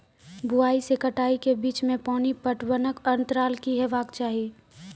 बुआई से कटाई के बीच मे पानि पटबनक अन्तराल की हेबाक चाही?